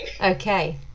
Okay